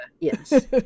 yes